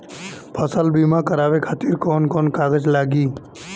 फसल बीमा करावे खातिर कवन कवन कागज लगी?